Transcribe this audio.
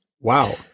Wow